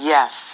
Yes